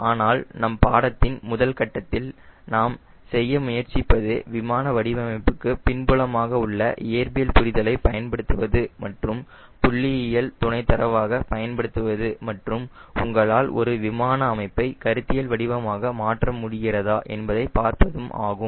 ஆனால் நம் பாடத்தின் முதல் கட்டத்தில் நாம் செய்ய முயற்சிப்பது விமான வடிவமைப்புக்கு பின்புலமாக உள்ள இயற்பியல் புரிதலை பயன்படுத்துவது மற்றும் புள்ளியியல் துணை தரவாக பயன்படுத்துவதுமற்றும் உங்களால் ஒரு விமான அமைப்பை கருத்தியல் வடிவமாக மாற்ற முடிகிறதா என்பதை பார்ப்பதும் ஆகும்